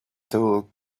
doug